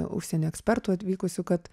užsienio ekspertų atvykusių kad